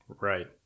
Right